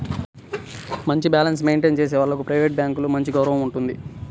మంచి balance maintain చేసే వాళ్లకు ప్రైవేట్ బ్యాంకులలో మంచి గౌరవం ఉంటుంది